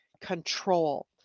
Control